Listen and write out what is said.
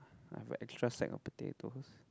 I have a extra sack of potatoes